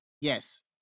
Yes